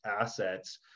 assets